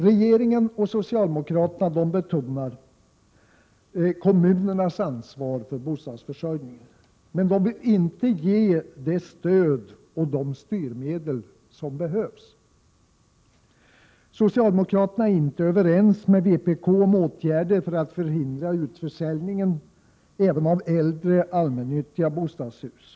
Regeringen och socialdemokraterna betonar kommunernas ansvar för bostadsförsörjningen, men de vill inte ge dem det stöd och de styrmedel som behövs. Socialdemokraterna är inte överens med vpk om åtgärder för att förhindra utförsäljningen även av äldre allmännyttiga bostadshus.